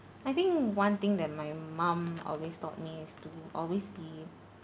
I think one thing that my mum always taught me is to always be